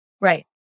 Right